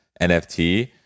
NFT